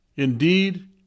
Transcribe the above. Indeed